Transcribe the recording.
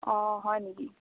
অঁ হয় নেকি